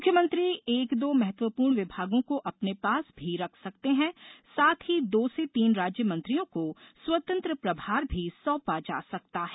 मुख्यमंत्री एक दो महत्वपूर्ण विभागों को अपने पास भी रख सकते हैं साथ ही दो से तीन राज्य मंत्रियों को स्वतंत्र प्रभार भी सौंपा जा सकता है